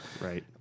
Right